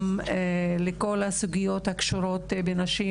אלה שתי הצעות חוק שקשורות לנשים,